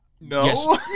No